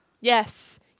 Yes